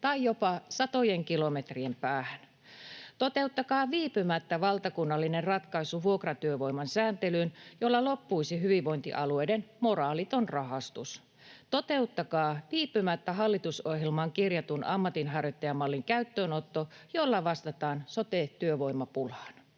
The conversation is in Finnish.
tai jopa satojen kilometrien päähän. Toteuttakaa viipymättä vuokratyövoiman sääntelyyn valtakunnallinen ratkaisu, jolla loppuisi hyvinvointialueiden moraaliton rahastus. Toteuttakaa viipymättä hallitusohjelmaan kirjatun ammatinharjoittajamallin käyttöönotto, jolla vastataan sote-työvoimapulaan.